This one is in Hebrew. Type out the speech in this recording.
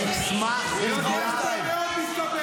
אני בקריאה ראשונה?